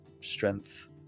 strength